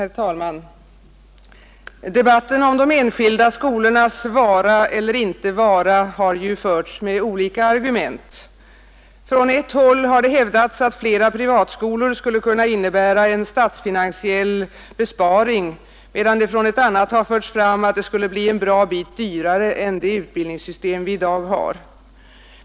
Herr talman! Debatten om de enskilda skolornas vara eller icke vara har förts med olika argument. Från ett håll har det hävdats att flera privatskolor skulle kunna innebära en statsfinansiell besparing, medan det från ett annat förts fram att det skulle bli en bra bit dyrare än det utbildningssystem vi i dag har.